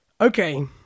Okay